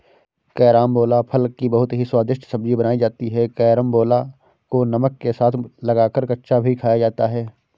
carambola फल की बहुत ही स्वादिष्ट सब्जी बनाई जाती है कैरमबोला को नमक के साथ लगाकर कच्चा भी खाया जाता है